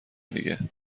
دیگه